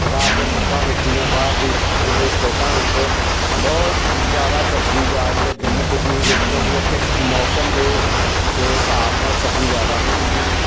ਬਾਹਰ ਦੇ ਮੁਲਕਾਂ ਵਿੱਚ ਜਾਂ ਬਾਹਰ ਦੀ ਦੇ ਸਟੇਟਾਂ ਵਿੱਚ ਬਹੁਤ ਜ਼ਿਆਦਾ ਸਬਜ਼ੀ ਜਾ ਰਹੀ ਹੈ ਜੰਮੂ ਕਸ਼ਮੀਰ ਵਿੱਚ ਕਿਉਂਕਿ ਉੱਥੇ ਸ ਮੌਸਮ ਦੇ ਏ ਹਿਸਾਬ ਨਾਲ ਸਬਜ਼ੀ ਜ਼ਿਆਦਾ ਨਹੀਂ ਹੁੰਦੀ